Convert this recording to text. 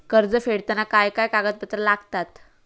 कर्ज फेडताना काय काय कागदपत्रा लागतात?